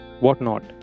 whatnot